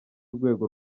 rwego